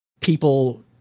people